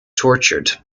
tortured